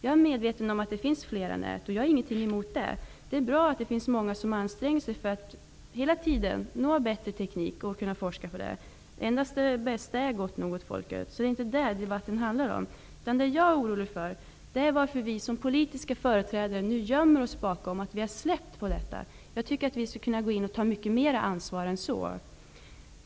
Jag är medveten om att det finns flera nät, och jag har inget emot det. Det är bra att det finns många som anstränger sig för att nå bättre teknik och forska vidare. Endast det bästa är gott nog åt folket. Det är inte det debatten handlar om. Det jag oroar mig för är att vi som politiska företrädare nu gömmer oss bakom att vi har släppt ansvaret. Jag tycker att vi skulle kunna ta mycket mer ansvar än så.